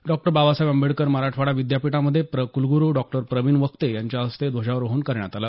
डॉ बाबासाहेब आंबेडकर मराठवाडा विद्यापीठामधे प्र क्लग्रू डॉ प्रविण वक्ते यांच्या हस्ते ध्वजारोहण करण्यात आलं